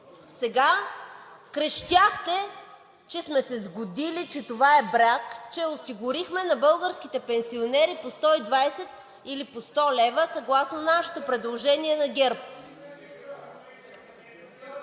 Сега крещяхте, че сме се сгодили, че това е брак, че осигурихме на българските пенсионери по 120 лв. или по 100 лв. съгласно нашето предложение на ГЕРБ.